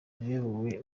wayoboye